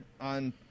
on